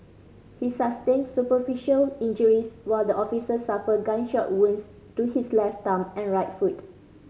he sustained superficial injuries while the officer suffered gunshot wounds to his left thumb and right foot